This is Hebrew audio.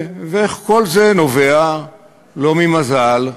וכל זה נובע לא ממזל,